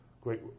Great